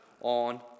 on